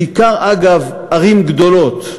בעיקר ערים גדולות,